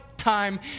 time